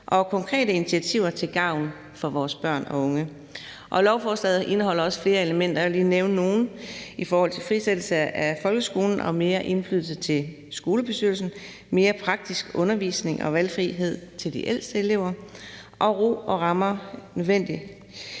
og konkrete initiativer til gavn for vores børn og unge. Lovforslaget indeholder flere elementer, og jeg vil lige nævne nogle af dem: frisættelse af folkeskolen og mere indflydelse til skolebestyrelsen, mere praktisk undervisning og valgfrihed til de ældste elever, og at ro og rammer er nødvendigt